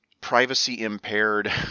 privacy-impaired